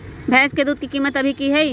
भैंस के दूध के कीमत अभी की हई?